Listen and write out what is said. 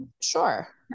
Sure